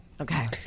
Okay